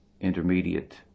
intermediate